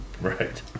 right